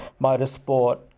motorsport